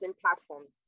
platforms